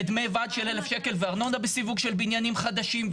ודמי ועד של 1,000 שקלים וארנונה בסיווג של בניינים חדשים,